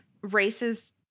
races